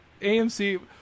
AMC